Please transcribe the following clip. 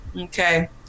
Okay